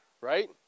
right